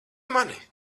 mani